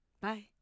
Bye